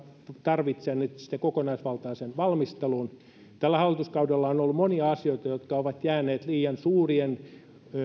tarvitsee nyt sitten kokonaisvaltaisen valmistelun tällä hallituskaudella on ollut monia asioita jotka ovat jääneet liian suurien